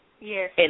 Yes